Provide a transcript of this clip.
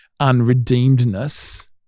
unredeemedness